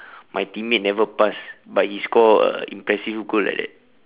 my teammate never pass but he score a impressive goal like that